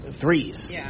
Threes